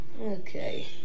Okay